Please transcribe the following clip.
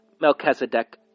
Melchizedek